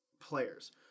players